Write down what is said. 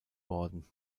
worden